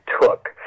took